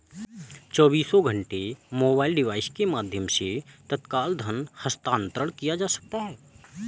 चौबीसों घंटे mobile device के माध्यम से तत्काल धन हस्तांतरण किया जा सकता है